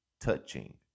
touching